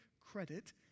credit